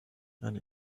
and